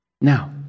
Now